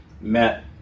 met